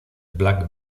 black